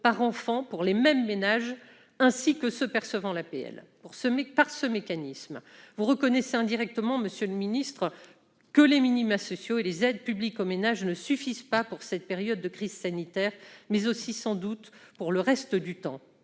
par enfant pour les mêmes ménages et pour ceux qui perçoivent l'APL. Par ce mécanisme, vous reconnaissez indirectement, monsieur le ministre, que les minima sociaux et les aides publiques aux ménages ne suffisent pas durant cette période de crise sanitaire, mais aussi, sans doute, le reste du temps.